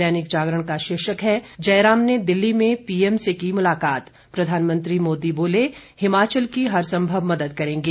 दैनिक जागरण का शीर्षक है जयराम ने दिल्ली में पीएम से की मुलाकात प्रधानमंत्री मोदी बोले हिमाचल की हरसंभव मदद करेंगे